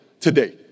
today